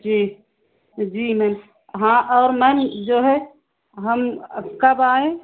जी जी मैम हाँ और मैनम जो है हम कब आएं